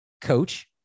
coach